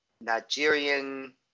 Nigerian